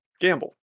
gamble